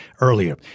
earlier